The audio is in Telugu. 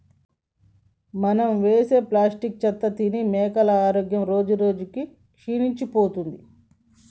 మనం వేసే ప్లాస్టిక్ చెత్తను తిని మేకల ఆరోగ్యం రోజురోజుకి క్షీణించిపోతుంది